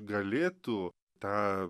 galėtų tą